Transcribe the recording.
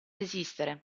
esistere